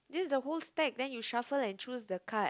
this is the whole stalk then you shuffle and choose the card